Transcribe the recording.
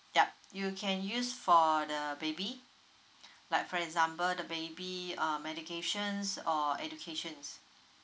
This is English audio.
yup you can use for the baby like for example the baby uh medications or educations